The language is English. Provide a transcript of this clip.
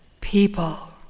people